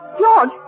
George